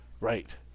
Right